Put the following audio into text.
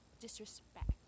disrespect